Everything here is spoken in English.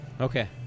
Okay